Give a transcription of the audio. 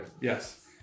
Yes